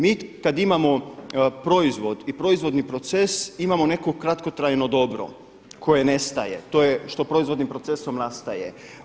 Mi kad imamo proizvod i proizvodni proces imamo neko kratkotrajno dobro koje nestaje, to je što proizvodnim procesom nastaje.